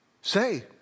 say